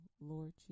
Lord